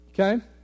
Okay